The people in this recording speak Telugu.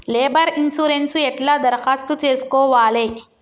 లేబర్ ఇన్సూరెన్సు ఎట్ల దరఖాస్తు చేసుకోవాలే?